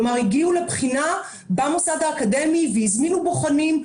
כלומר, הגיעו לבחינה במוסד האקדמי והזמינו בוחנים.